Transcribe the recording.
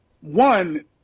one